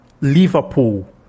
Liverpool